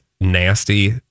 nasty